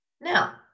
Now